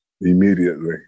immediately